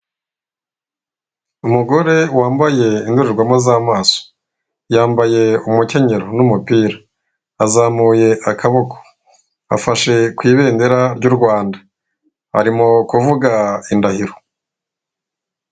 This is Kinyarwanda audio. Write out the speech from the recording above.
Umugore wambaye indorerwamo z'amaso yambaye umukenyero n'umupira azamuye akaboko afashe ku ibendera ryu Rwanda arimo kuvuga indahiro .